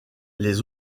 les